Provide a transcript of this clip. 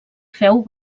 feu